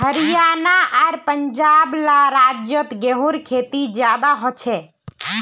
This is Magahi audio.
हरयाणा आर पंजाब ला राज्योत गेहूँर खेती ज्यादा होछे